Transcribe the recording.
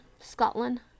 Scotland